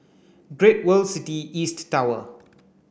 Great World City East Tower